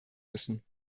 müssen